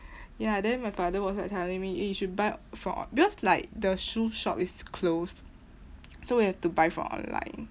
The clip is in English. ya then my father was like telling me eh you should buy for because like the shoe shop is closed so we have to buy from online